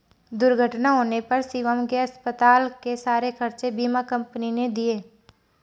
दुर्घटना होने पर शिवम के अस्पताल के सारे खर्चे बीमा कंपनी ने दिए